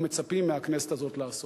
ומצפים מהכנסת הזאת לעשות.